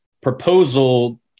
proposal